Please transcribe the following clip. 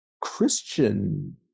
Christian